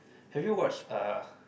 have you watched uh